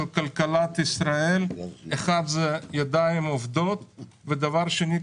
כלכלת ישראל אחד זה ידיים עובדות והדבר השני,